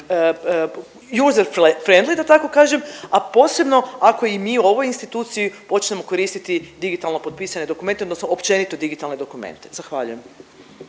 user-friendly, da tako kažem, a posebno ako i mi u ovoj instituciji počnemo koristiti digitalno potpisane dokumente, odnosno općenito digitalne dokumente. Zahvaljujem.